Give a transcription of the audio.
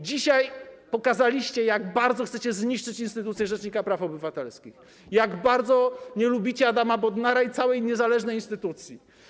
Dzisiaj pokazaliście, jak bardzo chcecie zniszczyć instytucję rzecznika praw obywatelskich, jak bardzo nie lubicie Adama Bodnara i całej niezależnej instytucji.